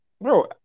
bro